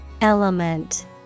Element